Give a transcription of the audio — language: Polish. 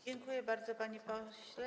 Dziękuję bardzo, panie pośle.